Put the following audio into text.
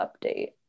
update